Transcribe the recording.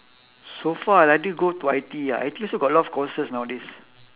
so far until go to I_T_E ah I_T_E also got a lot of courses nowadays